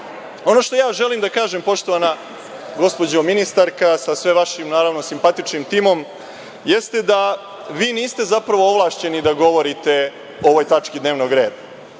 što ja želim da kažem, poštovana gospođo ministarka, sa sve vašim, naravno, simpatičnim timom, jeste da vi niste zapravo ovlašćeni da govorite o ovoj tački dnevnog reda.